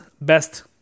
Best